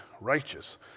righteous